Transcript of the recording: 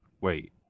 Wait